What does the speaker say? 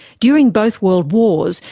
during both world wars,